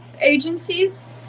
agencies